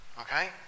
Okay